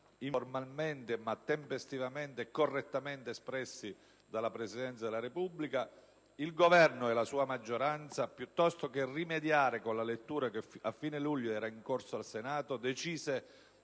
informalmente ma tempestivamente e correttamente espressi dalla Presidenza della Repubblica, il Governo e la sua maggioranza, piuttosto che rimediare con la lettura che a fine luglio era in corso al Senato, decisero